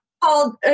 called